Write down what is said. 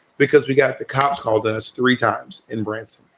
because we got the cops called us three times in branson.